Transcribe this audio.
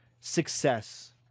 success